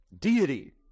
deity